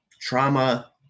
trauma